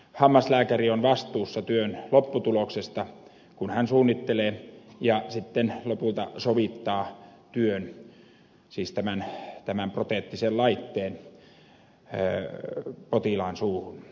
hammaslääkäri on vastuussa työn lopputuloksesta kun hän suunnittelee ja sitten lopulta sovittaa työn siis tämän proteettisen laitteen potilaan suuhun